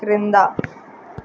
క్రింద